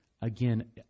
again